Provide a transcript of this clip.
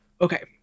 Okay